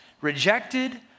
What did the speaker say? rejected